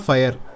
Fire